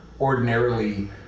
ordinarily